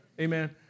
amen